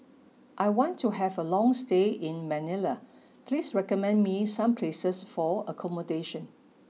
I want to have a long stay in Manila Please recommend me some places for accommodation